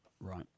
right